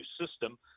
system